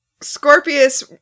Scorpius